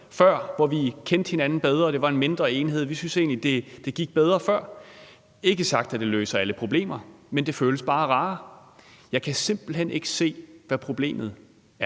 før, hvor vi kendte hinanden bedre og det var en mindre enhed; vi synes egentlig, det gik bedre før – dermed ikke sagt, at det løser alle problemer, men det føles bare rarere. Jeg kan simpelt hen ikke se, hvad problemet er,